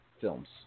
films